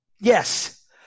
Yes